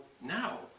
now